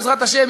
בעזרת השם,